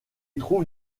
trouve